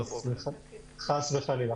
חס וחלילה.